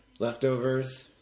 Leftovers